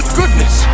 goodness